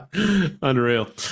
unreal